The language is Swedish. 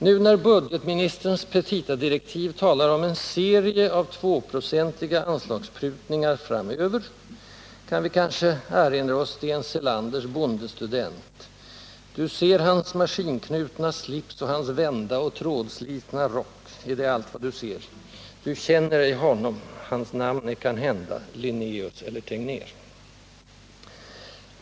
Nu när budgetministerns petitadirektiv talar om en serie av 2-procentiga anslagsprutningar framöver, kan vi kanske erinra oss Sten Selanders bondestudent: Du ser hans maskinknutna slips och hans vända och trådslitna rock. Är det allt vad du ser? Du känner ej honom. Hans namn är kanhända Linnaeus eller Tegnér.